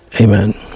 amen